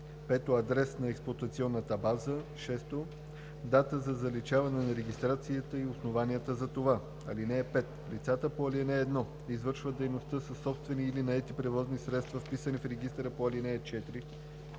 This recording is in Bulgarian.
5. адрес на експлоатационната база; 6. дата на заличаване на регистрацията и основанията за това. (5) Лицата по ал. 1 извършват дейността със собствени или наети превозни средства, вписани в регистъра по ал. 4,